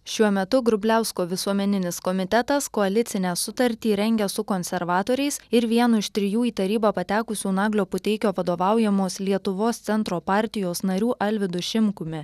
šiuo metu grubliausko visuomeninis komitetas koalicinę sutartį rengia su konservatoriais ir vienu iš trijų į tarybą patekusių naglio puteikio vadovaujamos lietuvos centro partijos narių alvydu šimkumi